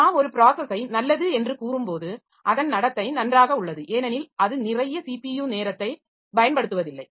நாம் ஒரு ப்ராஸஸை நல்லது என்று கூறும்போது அதன் நடத்தை நன்றாக உள்ளது ஏனெனில் அது நிறைய ஸிபியு நேரத்தைப் பயன்படுத்துவதில்லை